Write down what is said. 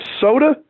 soda